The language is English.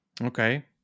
Okay